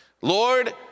Lord